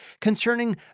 concerning